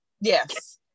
yes